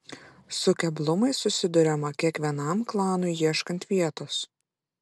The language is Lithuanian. su keblumais susiduriama kiekvienam klanui ieškant vietos